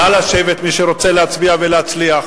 נא לשבת, מי שרוצה להצביע ולהצליח.